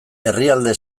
herrialde